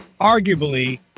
arguably